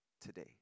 today